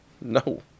No